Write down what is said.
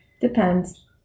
Depends